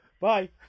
Bye